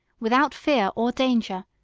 without fear or danger,